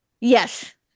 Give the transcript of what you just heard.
Yes